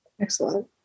Excellent